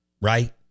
right